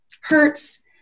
hurts